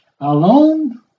alone